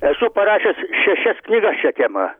esu parašęs šešias knygas šia tema